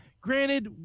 granted